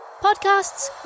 podcasts